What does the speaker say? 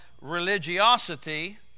religiosity